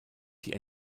die